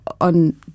on